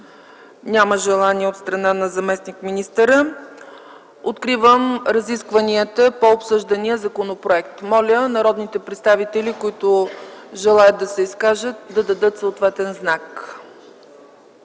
отношение, господин заместник министър? Не. Откривам разискванията по обсъждания законопроект. Моля народните представители, които желаят да се изкажат, да дадат съответен знак.